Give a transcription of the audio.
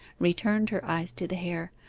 returned her eyes to the hair,